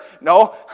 no